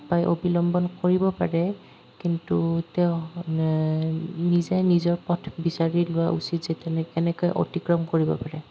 উপায় অৱলম্বন কৰিব পাৰে কিন্তু তেওঁ নিজেই নিজৰ পথ বিচাৰি লোৱা উচিত যাতে কেনেকৈ অতিক্ৰম কৰিব পাৰে